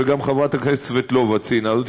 וגם חברת הכנסת סבטלובה ציינה זאת,